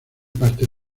parte